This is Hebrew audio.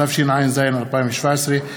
התשע"ז 2017,